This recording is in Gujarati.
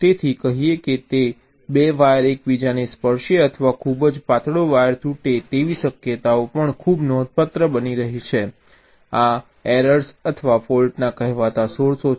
તેથી કહીએ કે બે વાયર એકબીજાને સ્પર્શે અથવા ખૂબ જ પાતળો વાયર તૂટે તેવી શક્યતાઓ પણ ખૂબ નોંધપાત્ર બની રહી છે આ એરર્સ અથવા ફૉલ્ટના કહેવાતા સોર્સો છે